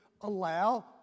allow